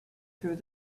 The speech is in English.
through